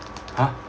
!huh!